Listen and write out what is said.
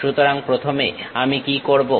সুতরাং প্রথমে আমি কি করবো